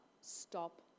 stop